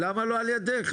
למה לא על ידך?